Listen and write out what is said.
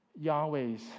Yahweh's